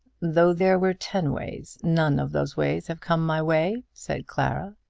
though there were ten ways, none of those ways have come my way, said clara.